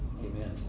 amen